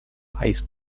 weißt